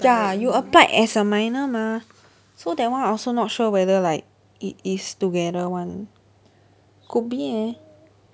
ya you applied as a minor mah so that one I also not sure whether like it is together [one] could be eh